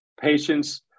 patience